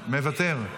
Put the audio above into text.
מוותרת,